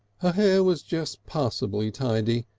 her hair was just passably tidy,